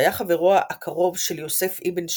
שהיה חברו הקרוב של יוסף אבן שמעון,